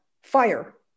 Fire